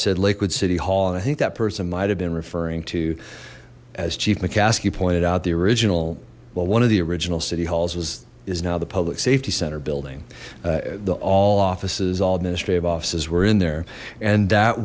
city hall and i think that person might have been referring to as chief mccaskey pointed out the original well one of the original city halls was is now the public safety center building the all offices all administrative offices were in there and that